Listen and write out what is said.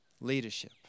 leadership